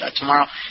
tomorrow